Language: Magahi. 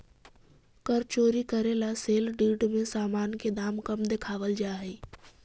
कर चोरी करे ला सेल डीड में सामान के दाम कम देखावल जा हई